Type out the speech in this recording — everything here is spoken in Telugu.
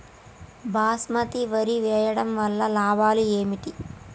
బాస్మతి వరి వేయటం వల్ల లాభాలు ఏమిటి?